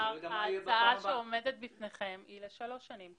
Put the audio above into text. ההצעה שעומדת בפניכם היא לשלוש שנים.